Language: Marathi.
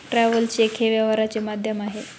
ट्रॅव्हलर चेक हे व्यवहाराचे माध्यम आहे